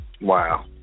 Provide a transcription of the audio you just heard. Wow